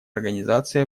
организации